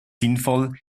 sinnvoll